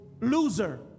loser